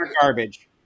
garbage